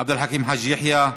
עבד אל חכים חאג' יחיא,